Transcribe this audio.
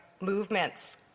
movements